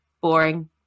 boring